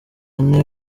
ane